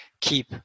keep